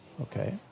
Okay